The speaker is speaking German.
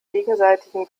gegenseitigen